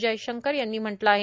जयशंकर यांनी म्हटलं आहे